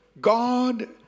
God